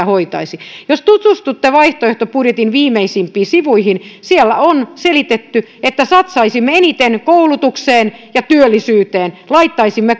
hoitaisi jos tutustutte vaihtoehtobudjettimme viimeisimpiin sivuihin siellä on selitetty että satsaisimme eniten koulutukseen ja työllisyyteen laittaisimme